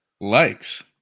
likes